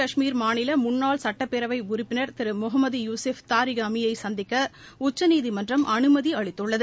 கஷ்மீர் மாநில முன்னாள் சுட்டப்பேரவை உறுப்பினர் திரு முகமது யூசுப் தாரிக் கேமி யை சந்திக்க உச்சநீதிமன்றம் அனுமதி அளித்துள்ளது